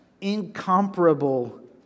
incomparable